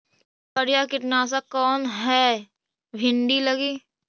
सबसे बढ़िया कित्नासक कौन है भिन्डी लगी?